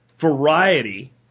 variety